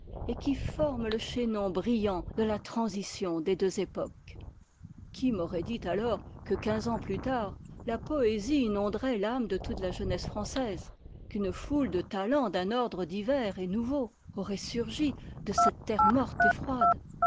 et qui forment le chaînon brillant de la transition des deux époques qui m'aurait dit alors que quinze ans plus tard la poésie inonderait l'ame de toute la jeunesse française qu'une foule de talens d'un ordre divers et nouveau auraient surgi de cette terre morte et froide